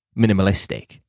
minimalistic